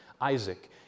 Isaac